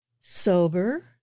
sober